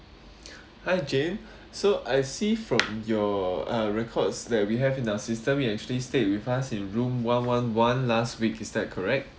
hi jane so I see from your uh records that we have in our system you actually stayed with us in room one one one last week is that correct